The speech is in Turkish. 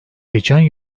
geçen